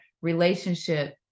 relationship